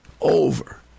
over